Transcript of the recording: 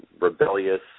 rebellious